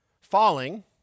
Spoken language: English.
falling